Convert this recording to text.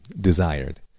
desired